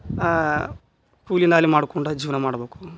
ಹಾಂ ಕೂಲಿ ನಾಲಿ ಮಾಡ್ಕೊಂಡು ಜೀವನ ಮಾಡಬೇಕು